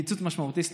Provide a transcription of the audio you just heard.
קיצוץ משמעותי,